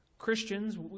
Christians